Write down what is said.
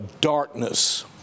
darkness